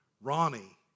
Ronnie